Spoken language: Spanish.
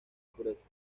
pureza